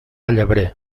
llebrer